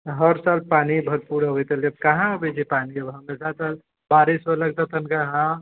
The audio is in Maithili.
हर पानी भरपूर होइ तऽ लोग कहाँ भेजै पानी वहां बारिस होलै तऽ तनिका हॅं